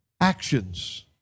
actions